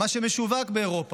מה שמשווק באירופה,